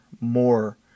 more